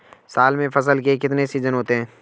साल में फसल के कितने सीजन होते हैं?